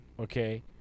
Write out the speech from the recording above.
Okay